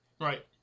Right